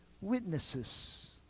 witnesses